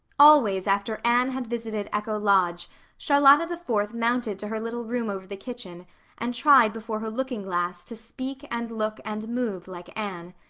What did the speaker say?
always after anne had visited echo lodge charlotta the fourth mounted to her little room over the kitchen and tried before her looking glass to speak and look and move like anne.